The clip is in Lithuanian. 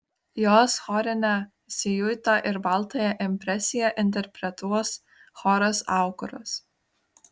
jos chorinę siuitą ir baltąją impresiją interpretuos choras aukuras